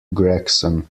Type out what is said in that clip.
gregson